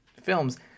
films